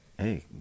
hey